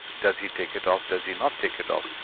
does he take it off does he not take it off?